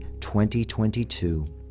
2022